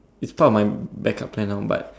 it's part of my back up plan now but